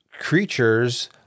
creatures